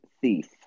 thief